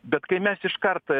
bet kai mes iškart